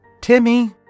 Timmy